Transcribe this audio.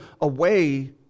away